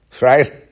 Right